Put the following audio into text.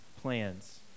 plans